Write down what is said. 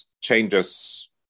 changes